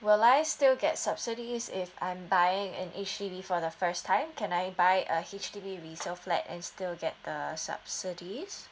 will I still get subsidies if I'm buying an H_D_ B for the first time can I buy a H_D_B resale flat and still get the subsidies